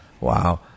Wow